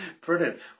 Brilliant